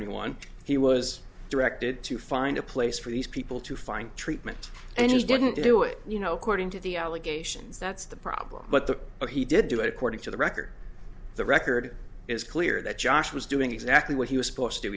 anyone he was directed to find a place for these people to find treatment and he didn't do it you know cording to the allegations that's the problem but the but he did do it according to the record the record is clear that josh was doing exactly what he was supposed to